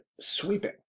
sweeping